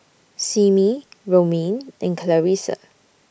Simmie Romaine and Clarissa